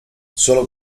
solo